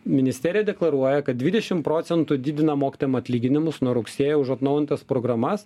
ministerija deklaruoja kad dvidešim procentų didina mokytojam atlyginimus nuo rugsėjo už atnaujintas programas